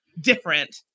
different